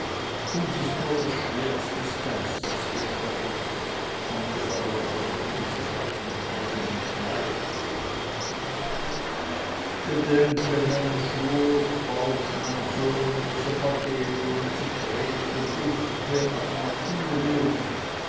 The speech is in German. uns ist nur das schwert des geistes gestattet angefallen aber wird unser fleisch mit eisen und blei gedenke deines schwurs fausch mein sohn das evangelium zu predigen